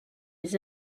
les